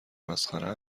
مسخره